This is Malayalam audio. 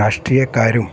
രാഷ്ട്രീയക്കാരും